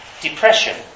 depression